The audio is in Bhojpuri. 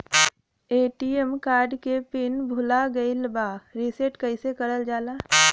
ए.टी.एम कार्ड के पिन भूला गइल बा रीसेट कईसे करल जाला?